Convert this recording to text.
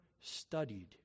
studied